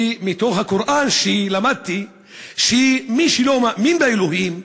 מתוך הקוראן למדתי שמי שלא מאמין באלוהים,